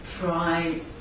try